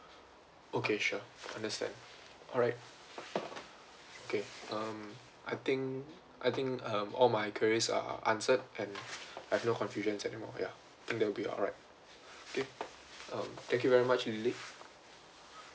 okay sure understand alright okay um I think I think um all my queries are answered and I have no confusions anymore ya think that will be alright okay um thank you very much